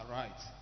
right